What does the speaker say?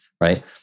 right